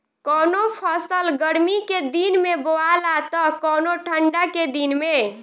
कवनो फसल गर्मी के दिन में बोआला त कवनो ठंडा के दिन में